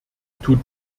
tut